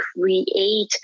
create